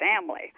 family